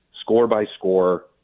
score-by-score